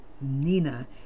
Nina